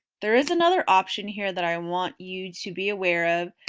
there is another option here that i want you to be aware of,